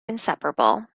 inseparable